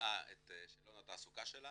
מילאה את שאלון התעסוקה שלה